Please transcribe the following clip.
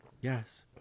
Yes